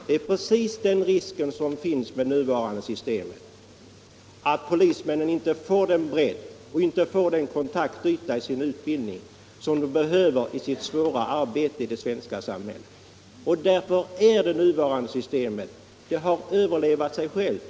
Det är precis den risken som finns med det nuvarande systemet, att polismännens utbildning inte får den bredd och inte ger dem de kontaktytor som de behöver i sitt svåra arbete i det svenska samhället. Därför har det nuvarande systemet överlevt sig självt.